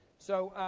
so,